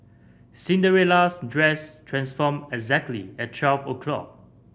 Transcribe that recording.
Cinderella's dress transformed exactly at twelve o'clock